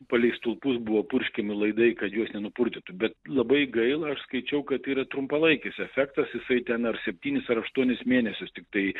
palei stulpus buvo purškiami laidai kad juos nenupurtytų bet labai gaila aš skaičiau kad yra trumpalaikis efektas jisai ten ar septynis ar aštuonis mėnesius tiktai